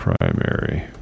Primary